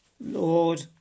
Lord